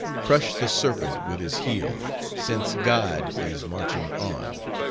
crush the serpent with his heel, since god is marching on